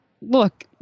look